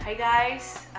yeah guys!